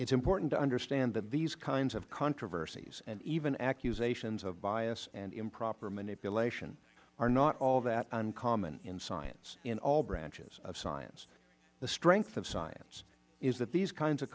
is important to understand that these kinds of controversies and even accusations of bias and improper manipulation are not all that uncommon in science in all branches of science the strength of science is that these kinds of